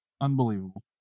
Unbelievable